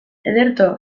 ederto